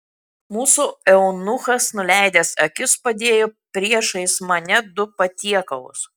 mūsų eunuchas nuleidęs akis padėjo priešais mane du patiekalus